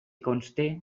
conste